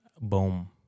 boom